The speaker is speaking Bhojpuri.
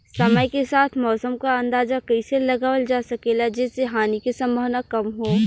समय के साथ मौसम क अंदाजा कइसे लगावल जा सकेला जेसे हानि के सम्भावना कम हो?